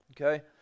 okay